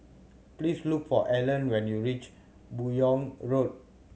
please look for Alan when you reach Buyong Road